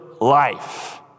life